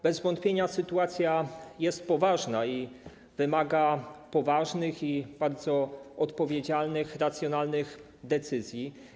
Bez wątpienia sytuacja jest poważna i wymaga poważnych, bardzo odpowiedzialnych, racjonalnych decyzji.